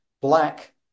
black